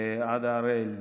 ועדה הראל,